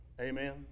amen